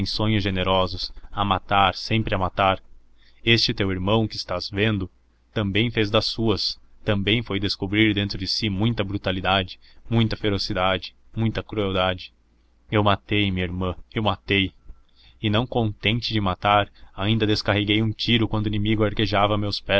sonhos generosos a matar sempre a matar este teu irmão que estás vendo também fez das suas também foi descobrir dentro de si muita brutalidade muita ferocidade muita crueldade eu matei minha irmã eu matei e não contente de matar ainda descarreguei um tiro quando o inimigo arquejava a meus